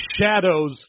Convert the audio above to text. shadows